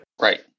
Right